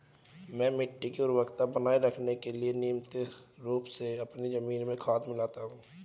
मैं मिट्टी की उर्वरता बनाए रखने के लिए नियमित रूप से अपनी जमीन में खाद मिलाता हूं